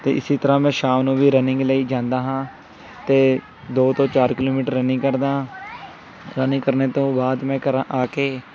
ਅਤੇ ਇਸ ਤਰ੍ਹਾਂ ਮੈਂ ਸ਼ਾਮ ਨੂੰ ਵੀ ਰਨਿੰਗ ਲਈ ਜਾਂਦਾ ਹਾਂ ਅਤੇ ਦੋ ਤੋਂ ਚਾਰ ਕਿੱਲੋਮੀਟਰ ਰਨਿੰਗ ਕਰਦਾ ਰਨਿੰਗ ਕਰਨ ਤੋਂ ਬਾਅਦ ਮੈਂ ਘਰ ਆ ਕੇ